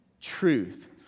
truth